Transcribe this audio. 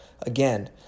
Again